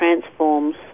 transforms